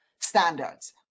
standards